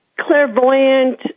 clairvoyant